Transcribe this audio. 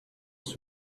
dans